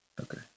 Okay